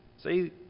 See